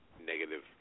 negative